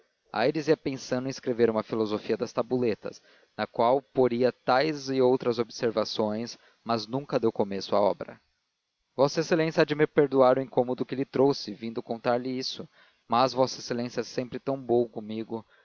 aires ia pensando em escrever uma filosofia das tabuletas na qual poria tais e outras observações mas nunca deu começo à obra v exa há de me perdoar o incômodo que lhe trouxe vindo contar-lhe isto mas v exa é sempre tão bom comigo